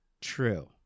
True